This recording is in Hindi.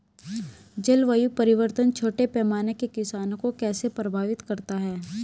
जलवायु परिवर्तन छोटे पैमाने के किसानों को कैसे प्रभावित करता है?